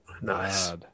Nice